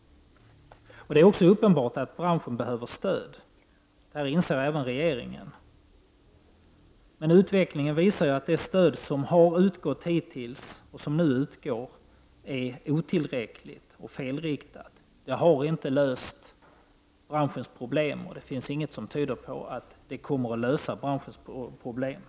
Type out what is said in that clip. Det är också uppenbart att branschen behöver stöd. Det inser även regeringen. Men utvecklingen visar att det stöd som hittills har utgått och som nu utgår är otillräckligt och felinriktat; det har inte löst branschens problem, och det finns ingenting som tyder på att det kommer att lösa branschens problem.